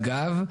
אגב,